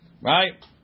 Right